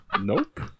nope